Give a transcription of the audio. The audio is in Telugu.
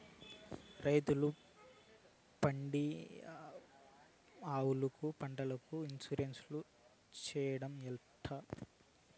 రైతులు పాడి ఆవులకు, పంటలకు, ఇన్సూరెన్సు సేయడం ఎట్లా?